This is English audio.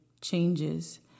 changes